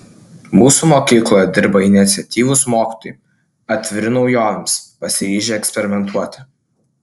mūsų mokykloje dirba iniciatyvūs mokytojai atviri naujovėms pasiryžę eksperimentuoti